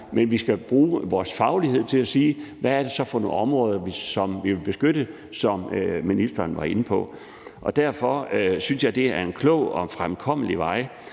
men vi skal bruge vores faglighed til at sige, hvad det så er for nogle områder, vi vil beskytte, som ministeren også var inde på. Derfor synes jeg, det er en klog og fremkommelig vej.